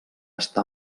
està